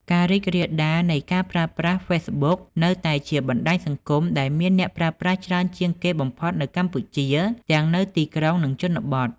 ការរីករាលដាលនៃការប្រើប្រាស់ Facebook នៅតែជាបណ្ដាញសង្គមដែលមានអ្នកប្រើប្រាស់ច្រើនជាងគេបំផុតនៅកម្ពុជា ទាំងនៅទីក្រុង និងជនបទ។